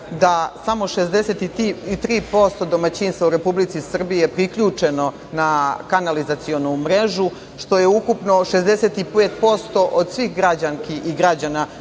da samo 63% domaćinstava u Republici Srbiji je priključeno na kanalizacionu mrežu, što je ukupno 65% od svih građanki i građana